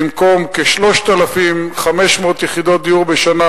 במקום כ-3,500 יחידות דיור בשנה,